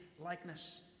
likeness